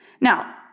Now